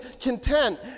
content